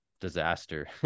disaster